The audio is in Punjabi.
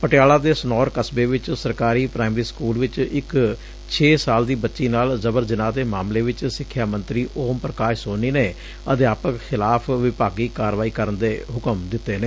ਪਟਿਆਲਾ ਦੇ ਸਨੌਰ ਕਸਬੇ ਵਿਚ ਸਰਕਾਰੀ ਪ੍ਰਾਇਮਰੀ ਸਕੁਲ ਵਿਚ ਇਕ ਛੇ ਸਾਲ ਦੀ ਬੱਚੀ ਨਾਲ ਜ਼ਬਰ ਜਨਾਹ ਦੇ ਮਾਮਲੇ ਵਿਚ ਸਿੱਖਿਆ ਮੰਤਰੀ ਓਮ ਪੁਕਾਸ਼ ਸੋਨੀ ਨੇ ਅਧਿਆਪਕ ਖਿਲਾਵ ਵਿਭਾਗੀ ਕਾਰਵਾਈ ਕਰਨ ਦੇ ਹੁਕਮ ਦਿੱਤੇ ਨੇ